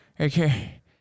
okay